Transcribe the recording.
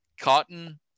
Cotton